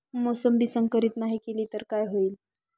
मोसंबी संकरित नाही केली तर काय होईल?